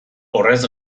horrez